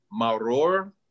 Maror